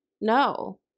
No